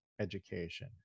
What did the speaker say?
education